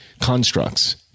constructs